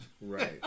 Right